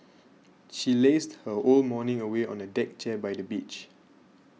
she lazed her whole morning away on a deck chair by the beach